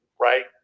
right